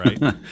Right